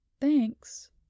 Thanks